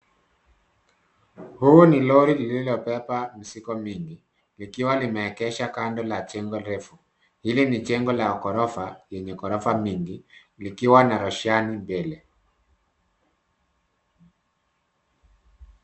Huu ni lori lililobeba mizigo mingi, likiwa limeegesha kando la jengo refu. Hili ni jengo la ghorofa, lenye ghorofa mingi, likiwa na roshani mbele.